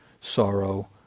sorrow